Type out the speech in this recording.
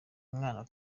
mwana